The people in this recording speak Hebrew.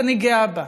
אני גאה בה,